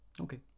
Okay